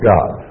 God